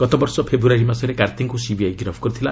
ଗତବର୍ଷ ଫେବୃୟାରୀ ମାସରେ କାର୍ତ୍ତିଙ୍କୁ ସିବିଆଇ ଗିରଫ କରିଥିଲା